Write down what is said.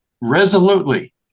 resolutely